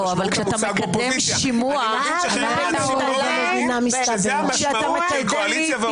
אבל כשאתה מקדם שימוע ------ זו המשמעות של קואליציה ואופוזיציה,